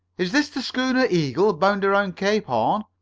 is this the schooner eagle, bound around cape horn?